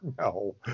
No